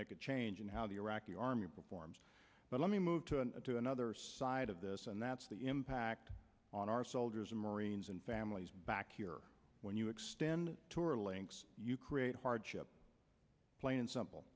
make a change in how the iraqi army performs but let me move to another side of this and that's the impact on our soldiers and marines and families back here when you extend tour links you create hardship plain and simple